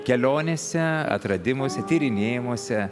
kelionėse atradimuose tyrinėjimuose